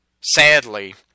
sadly